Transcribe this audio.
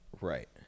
Right